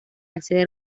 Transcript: acceder